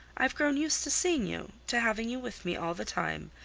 i've grown used to seeing you, to having you with me all the time,